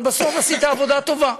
אבל בסוף עשית עבודה טובה.